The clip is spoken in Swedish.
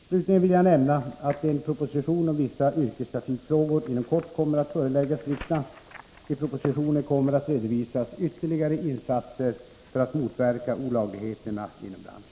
Slutligen vill jag nämna att en proposition om vissa yrkestrafikfrågor inom kort kommer att föreläggas riksdagen. I propositionen kommer att redovisas ytterligare insatser för att motverka olagligheterna inom branschen.